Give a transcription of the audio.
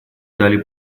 дали